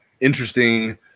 interesting